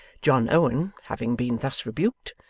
john owen having been thus rebuked,